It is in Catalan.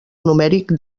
numèric